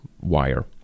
wire